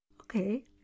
Okay